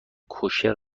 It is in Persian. کوشر